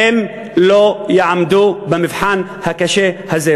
הן לא יעמדו במבחן הקשה הזה.